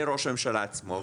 לראש הממשלה עצמו,